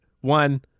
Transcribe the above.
one